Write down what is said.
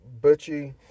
butchy